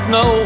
no